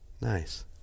Nice